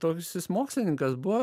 toks jis mokslininkas buvo